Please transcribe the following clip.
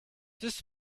this